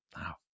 wow